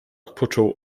począł